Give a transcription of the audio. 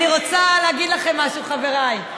אני רוצה להגיד לכם משהו, חבריי: